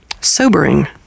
sobering